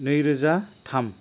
नैरोजा थाम